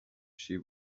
she